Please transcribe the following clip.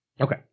Okay